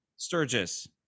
Sturgis